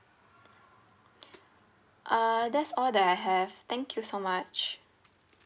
uh that's all that I have thank you so much